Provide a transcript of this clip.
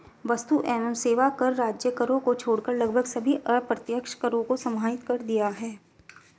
वस्तु एवं सेवा कर राज्य करों को छोड़कर लगभग सभी अप्रत्यक्ष करों को समाहित कर दिया है